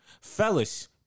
Fellas